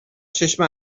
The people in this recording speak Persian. چشم